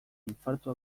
infartu